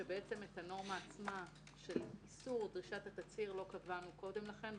ובעצם את הנורמה עצמה של איסור דרישת התצהיר לא קבענו קודם לכן,